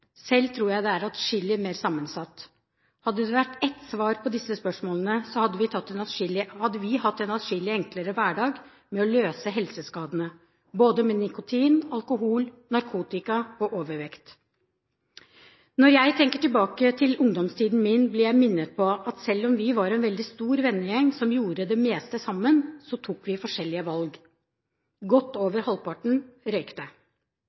Selv tror jeg det er adskillig mer sammensatt. Hadde det vært ett svar på disse spørsmålene, hadde vi hatt en adskillig enklere hverdag med å løse helseskadene både når det gjelder nikotin, alkohol, narkotika og overvekt. Når jeg tenker tilbake til ungdomstiden min, blir jeg minnet på at selv om vi var en veldig stor vennegjeng som gjorde det meste sammen, tok vi forskjellige valg. Godt